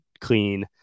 clean